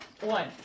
One